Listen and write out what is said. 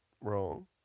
wrong